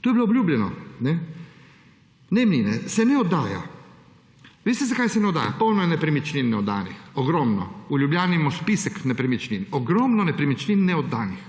To je bilo obljubljeno. Najemnine. Se ne oddaja. A veste, zakaj se ne oddaja? Polno je nepremičnin neoddanih, ogromno, v Ljubljani imamo spisek nepremičnin, ogromno nepremičnin neoddanih.